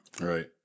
right